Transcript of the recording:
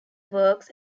works